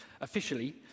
officially